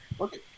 Okay